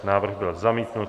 Návrh byl zamítnut.